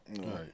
Right